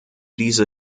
diese